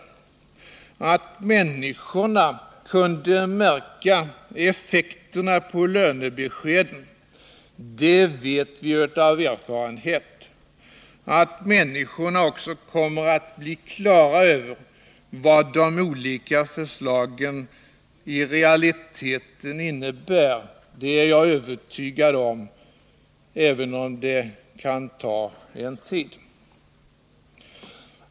Att människorna kunde märka effekterna på lönebeskeden vet vi av erfarenhet. Att människorna också kommer att bli på det klara med vad de olika förslagen i realiteten innebär är jag övertygad om, även om detta kan ta någon tid.